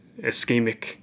ischemic